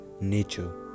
nature